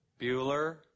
Bueller